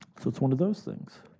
so it's one of those things?